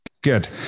good